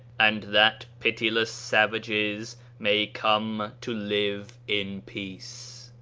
and that pitiless savages may come to live in peace.